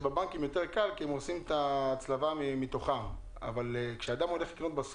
פרמטרים שכרגע לא מקבלים בכלל ביטוי בחוק והם לא יאפשרו את הגבייה של